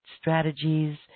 strategies